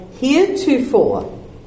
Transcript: heretofore